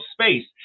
space